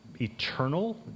eternal